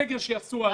סגר שיעשו בהפגנות.